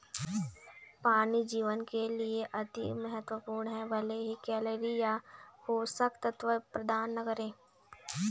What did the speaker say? पानी जीवन के लिए अति महत्वपूर्ण है भले ही कैलोरी या पोषक तत्व प्रदान न करे